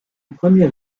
premier